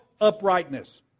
uprightness